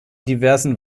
diversen